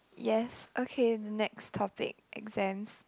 yes okay the next topic exams